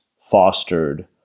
fostered